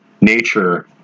nature